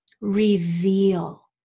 reveal